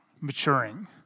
maturing